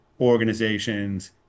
organizations